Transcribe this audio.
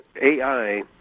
AI